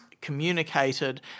communicated